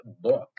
book